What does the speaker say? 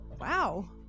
Wow